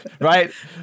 Right